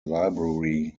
library